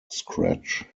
scratch